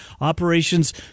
Operations